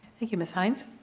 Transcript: thank you, mrs. hynes.